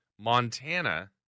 Montana